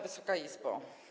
Wysoka Izbo!